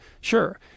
Sure